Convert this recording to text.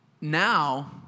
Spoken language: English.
Now